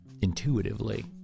intuitively